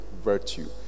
virtue